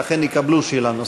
ואכן יקבלו שאלה נוספת.